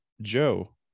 Joe